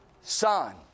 son